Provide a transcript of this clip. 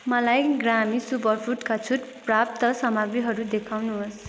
मलाई ग्रामी सुपरफुडका छुट प्राप्त सामाग्रीहरू देखाउनुहोस्